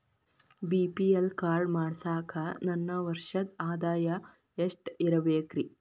BPL card ಮಾಡ್ಸಾಕ ನನ್ನ ವರ್ಷದ್ ಆದಾಯ ಎಷ್ಟ ಇರಬೇಕ್ರಿ?